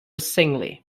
singly